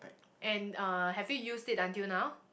and uh have you used it until now